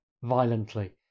Violently